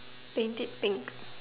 paint it pink